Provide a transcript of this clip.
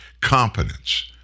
competence